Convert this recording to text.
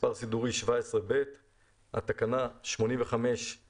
מס' סעיף מס"ד פקודה תקנה תיאור מקוצר של העבירה "17ב 85(א)(4),